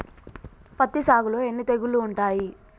పత్తి సాగులో ఎన్ని తెగుళ్లు ఉంటాయి?